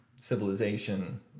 civilization